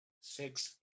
six